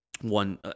One